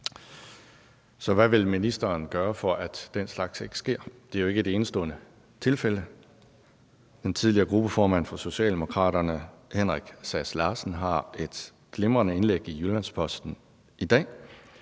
Så hvad vil ministeren gøre, for at den slags ikke sker? Det er jo ikke et enestående tilfælde. Den tidligere gruppeformand for Socialdemokraterne hr. Henrik Sass Larsen har et glimrende indlæg i Jyllands-Posten i dag,